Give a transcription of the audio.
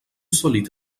solide